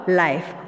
life